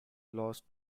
lost